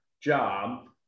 job